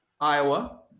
Iowa